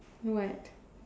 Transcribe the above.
what